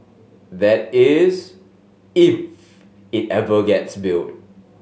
that is if it ever gets built